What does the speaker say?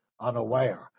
unaware